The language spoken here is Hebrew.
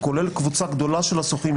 כולל קבוצה גדולה שמבין השוכרים,